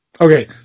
Okay